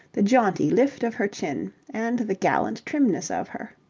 the jaunty lift of her chin, and the gallant trimness of her.